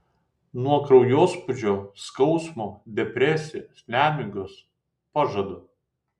nuo kraujospūdžio skausmo depresijos nemigos pažadu